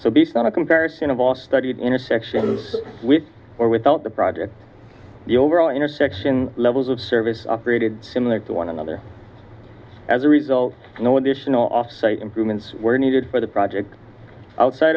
so based on a comparison of all studied intersections with or without the project the overall intersection levels of service operated similar to one another as a result no additional off site improvements were needed for the project outside